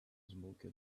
smoke